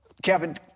Kevin